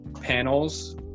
panels